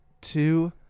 two